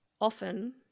often